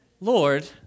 Lord